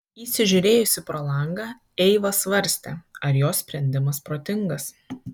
įsižiūrėjusi pro langą eiva svarstė ar jos sprendimas protingas